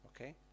Okay